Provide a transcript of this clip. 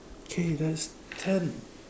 okay that's ten